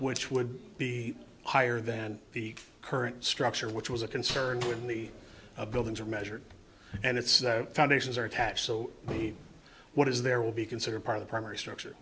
which would be higher than the current structure which was a concern when the buildings are measured and its foundations are attached so what is there will be considered part of the primary structure